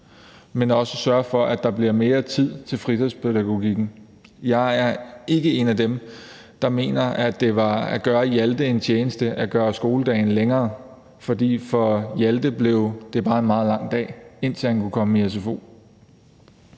dels også at sørge for, at der bliver mere tid til fritidspædagogikken. Jeg er ikke en af dem, der mener, at det var at gøre Hjalte en tjeneste at gøre skoledagen længere, fordi det for Hjalte blev det bare en meget lang dag, indtil han kunne komme i sfo.